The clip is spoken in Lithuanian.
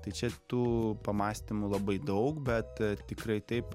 tai čia tų pamąstymų labai daug bet tikrai taip